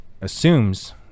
assumes